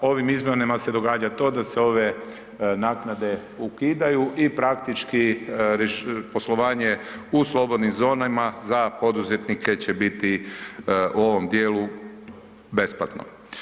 Ovim izmjenama se događa to da se ove naknade ukidaju i praktički poslovanje u slobodnim zonama za poduzetnike će biti u ovom dijelu besplatno.